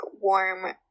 warm